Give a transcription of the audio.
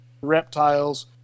reptiles